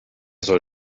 soll